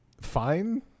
fine